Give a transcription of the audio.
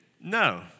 no